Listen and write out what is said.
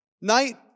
night